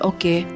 Okay